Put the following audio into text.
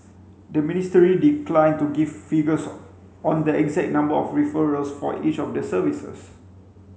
the ministry declined to give figures on the exact number of referrals for each of the services